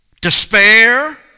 despair